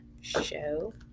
show